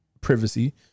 privacy